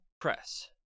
press